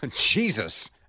Jesus